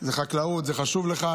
זה חקלאות, זה חשוב לך.